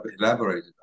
elaborated